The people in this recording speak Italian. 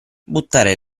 buttare